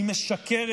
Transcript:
היא משקרת.